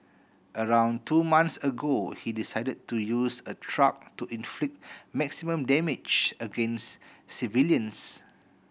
around two months ago he decided to use a truck to inflict maximum damage against civilians